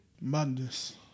Madness